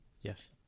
Yes